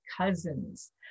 cousins